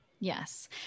Yes